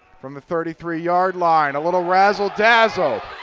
from the thirty three yard line, a little razzle dazzle.